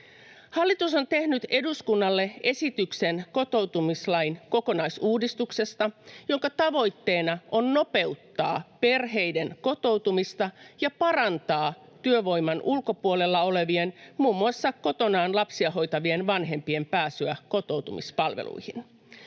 Hallitus on tehnyt eduskunnalle esityksen kotoutumislain kokonaisuudistuksesta, jonka tavoitteena on nopeuttaa perheiden kotoutumista ja parantaa työvoiman ulkopuolella olevien, muun muassa kotonaan lapsia hoitavien vanhempien pääsyä kotoutumispalveluihin.